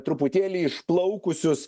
truputėlį išplaukusius